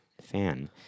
fan